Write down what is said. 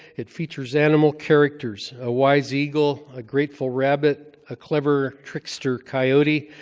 it features animal characters a wise eagle, a grateful rabbit, a clever trickster coyote,